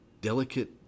delicate